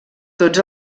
tots